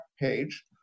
page